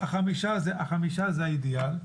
החמישה זה האידיאל,